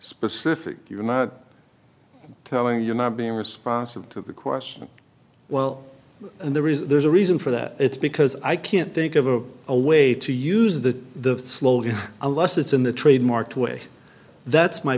specific you're not telling you not being responsive to the question well there is there's a reason for that it's because i can't think of a a way to use the slogan unless it's in the trademarked way that's my